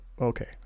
Okay